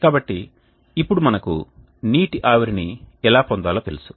కాబట్టి ఇప్పుడు మనకు నీటి ఆవిరిని ఎలా పొందాలో తెలుసు